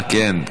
כן,